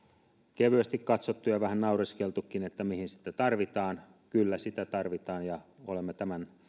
kevyesti katsottu ja on vähän naureskeltukin että mihin sitä tarvitaan kyllä sitä tarvitaan ja olemme tämän